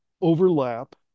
overlap